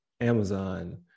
Amazon